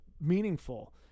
meaningful